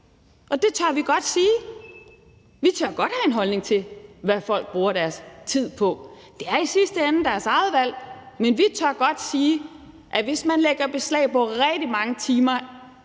og det tør vi godt sige. Vi tør godt have en holdning til, hvad folk bruger deres tid på. Det er i sidste ende deres eget valg, men vi tør godt sige, at hvis man lægger beslag på rigtig mange af